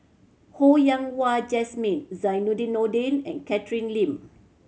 Ho Yen Wah Jesmine Zainudin Nordin and Catherine Lim